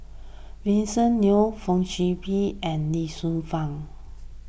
Vincent Leow Fong Sip Chee and Lee Shu Fen